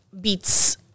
Beats